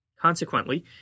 Consequently